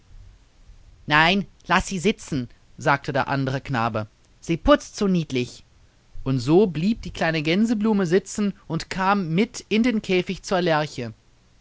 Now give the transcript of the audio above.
nein laß sie sitzen sagte der andere knabe sie putzt so niedlich und so blieb die kleine gänseblume sitzen und kam mit in den käfig zur lerche